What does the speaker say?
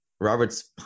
Robert's